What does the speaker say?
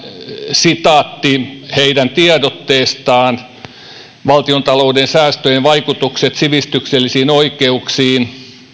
sitaatti heidän tiedotteestaan valtiontalouden säästöjen vaikutukset sivistyksellisiin oikeuksiin